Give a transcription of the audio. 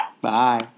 Bye